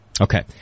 Okay